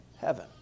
heaven